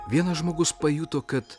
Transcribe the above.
vienas žmogus pajuto kad